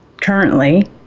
currently